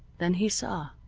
then he saw.